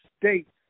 States